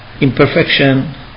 imperfection